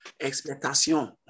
Expectation